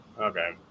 okay